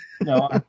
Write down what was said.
No